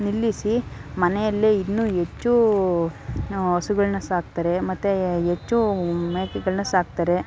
ನಿಲ್ಲಿಸಿ ಮನೆಯಲ್ಲೇ ಇನ್ನೂ ಹೆಚ್ಚು ಹಸುಗಳ್ನ ಸಾಕ್ತಾರೆ ಮತ್ತು ಹೆಚ್ಚು ಮೇಕೆಗಳನ್ನ ಸಾಕ್ತಾರೆ